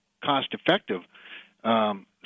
cost-effective